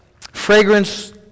fragrance